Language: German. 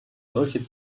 solche